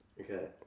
Okay